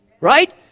Right